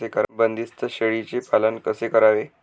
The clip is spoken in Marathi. बंदिस्त शेळीचे पालन कसे करावे?